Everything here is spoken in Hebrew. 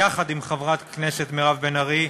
יחד עם חברת הכנסת מירב בן ארי,